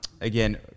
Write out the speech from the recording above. Again